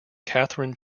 katharine